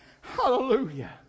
Hallelujah